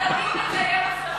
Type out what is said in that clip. ואתה תמיד מקיים הבטחות,